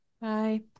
Bye